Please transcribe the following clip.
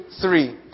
three